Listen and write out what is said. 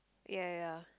ya ya ya